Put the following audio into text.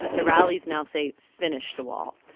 the rallies now say finish the wall,